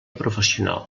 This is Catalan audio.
professional